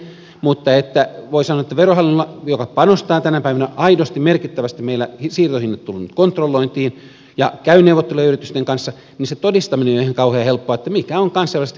voi sanoa että verohallinnolle joka meillä panostaa tänä päivänä aidosti ja merkittävästi siirtohinnoittelun kontrollointiin ja käy neuvotteluja yritysten kanssa ei ole ihan kauhean helppoa sen todistaminen mikä on kansainvälisesti oikea hinta